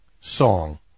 song